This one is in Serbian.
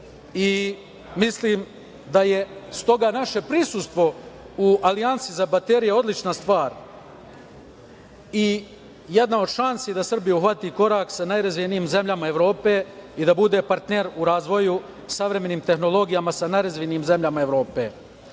i mislim da je s toga naše prisustvo u alijansi za baterije odlična stvar i jedna od šansi da Srbija uhvati korak sa najrazvijenijim zemljama Evrope i da bude partner u razvoju sa savremenim tehnologijama, sa najrazvijenijim zemljama Evrope.